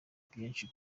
byinshi